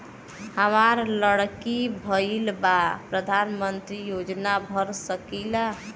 हमार लड़की भईल बा प्रधानमंत्री योजना भर सकीला?